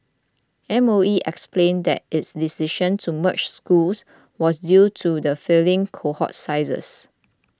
M O E explained that its decision to merge schools was due to the falling cohort sizes